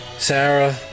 Sarah